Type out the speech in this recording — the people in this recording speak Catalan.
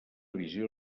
visió